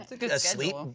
asleep